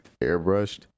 airbrushed